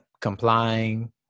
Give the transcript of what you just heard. complying